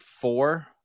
four